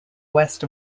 west